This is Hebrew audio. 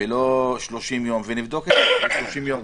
ולא על 30 יום, ונבדוק אחרי 30 יום.